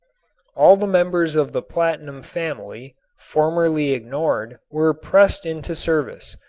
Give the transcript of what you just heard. all the members of the platinum family, formerly ignored, were pressed into service,